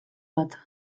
bat